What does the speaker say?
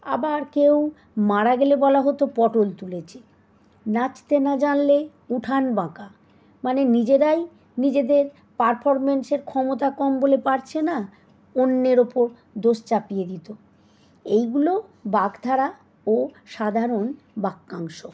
আবার কেউ মারা গেলে বলা হতো পটল তুলেছে নাচতে না জানলে উঠান বাঁকা মানে নিজেরাই নিজেদের পারফরমেন্সের ক্ষমতা কম বলে পারছে না অন্যের ওপর দোষ চাপিয়ে দিত এইগুলো বাগ্ধারা ও সাধারণ বাক্যাংশ